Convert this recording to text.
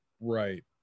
Right